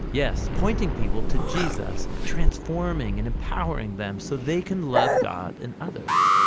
yes, pointing people to jesus, transforming and empowering them so they can love god and others.